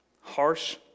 harsh